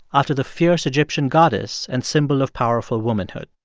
after the fierce egyptian goddess and symbol of powerful womanhood.